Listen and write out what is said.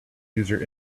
user